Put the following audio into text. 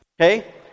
okay